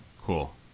cool